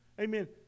Amen